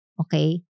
okay